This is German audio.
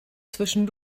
zwischen